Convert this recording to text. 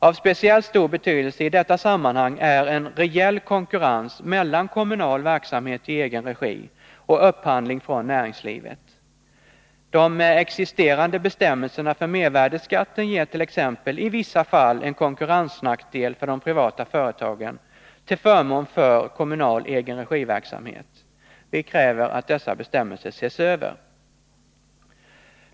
Av speciellt stor betydelse i detta sammanhang är en reell konkurrens mellan kommunal verksamhet i egen regi och upphandling från näringslivet. De existerande bestämmelserna för mervärdeskatten ger t.ex. i vissa fall en konkurrensnackdel för de privata företagen till förmån för kommunal egenregiverksamhet. Vi kräver att dessa bestämmelser ses över.